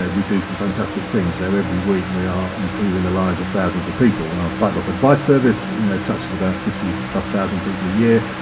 we do some fantastic things. so every week we are improving the lives of thousands of people. our sight loss advice service you know touches about fifty plus thousand people a year.